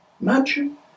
Imagine